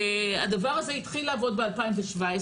הדבר הזה התחיל לעבוד ב-2017.